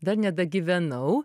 dar nedagyvenau